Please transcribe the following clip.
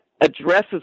addresses